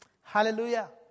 Hallelujah